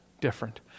different